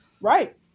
Right